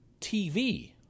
TV